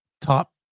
top